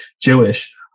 Jewish